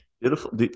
Beautiful